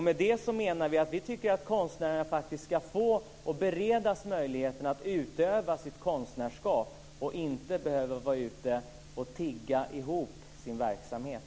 Med det menar vi att konstnärerna faktiskt ska beredas möjligheten att utöva sitt konstnärskap och inte behöva vara ute och tigga ihop sin verksamhet.